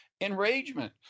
enragement